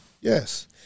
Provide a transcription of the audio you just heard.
Yes